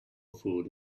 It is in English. food